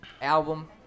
album